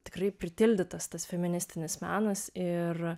tikrai pritildytas tas feministinis menas ir